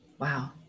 Wow